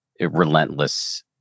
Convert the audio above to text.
relentless